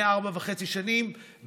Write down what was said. הסיכום שסיכמתי לפני ארבע שנים וחצי,